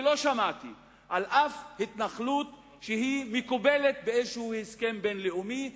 ולא שמעתי על אף התנחלות שהיא מקובלת באיזשהו הסכם בין-לאומי.